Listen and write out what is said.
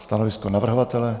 Stanovisko navrhovatele?